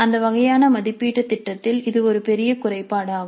அந்த வகையான மதிப்பீட்டுத் திட்டத்தில் இது ஒரு பெரிய குறைபாடாகும்